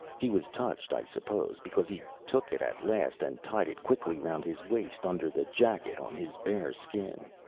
he was touched, i supposed, because he took it at last and tied it quickly round his waist under the jacket, on his bare skin.